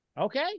okay